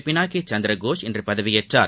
பினாக்கி சந்திரகோஷ் இன்று பதவியேற்றார்